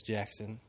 Jackson